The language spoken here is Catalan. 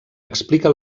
explica